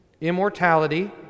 immortality